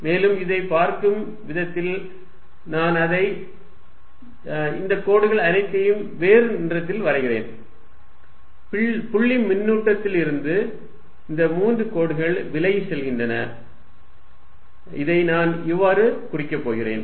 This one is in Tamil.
மேலும் இதை பார்க்கும் விதத்தில் நான் அதை இந்த கோடுகள் அனைத்தும் வேறு நிறத்தில் வரைகிறேன் புள்ளி மின்னூட்டத்திலிருந்து இந்த மூன்று கோடுகள் விலகிச் செல்கின்றன இதை நான் இவ்வாறு குறிக்கப் போகிறேன்